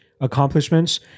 accomplishments